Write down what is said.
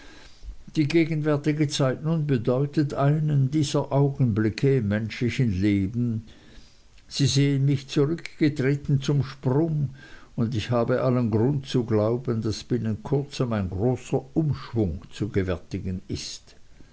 die gegenwärtige zeit nun bedeutet einen dieser augenblicke im menschlichen leben sie sehen mich zurückgetreten zum sprung und ich habe allen grund zu glauben daß binnen kurzem ein großer umschwung zu gewärtigen ist